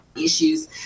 issues